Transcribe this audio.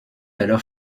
alors